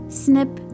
snip